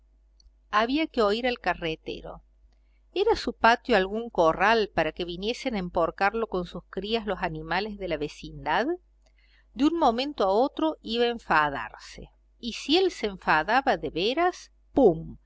había que oír al carretero era su patio algún corral para que viniesen a emporcarlo con sus crías los animales de la vecindad de un momento a otro iba a enfadarse y si él se enfadaba de veras pum